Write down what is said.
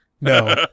no